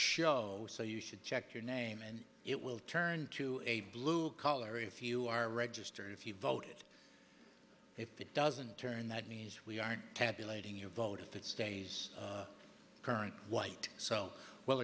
show so you should check your name and it will turn into a blue collar if you are registered if you vote if it doesn't turn that means we aren't tabulating your vote if it stays current white so well